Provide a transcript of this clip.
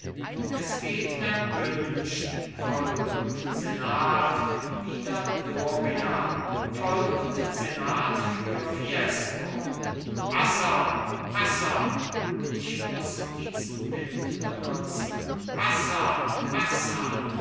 es geht erwünscht volk und senat wider doria volk und senat für fiesco hassan hassan ich muß diesen wind benutzen hassan hassan